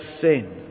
sin